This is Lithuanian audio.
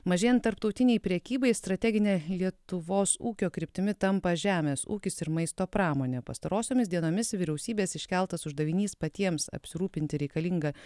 mažėjant tarptautinei prekybai strategine lietuvos ūkio kryptimi tampa žemės ūkis ir maisto pramonė pastarosiomis dienomis vyriausybės iškeltas uždavinys patiems apsirūpinti reikalinga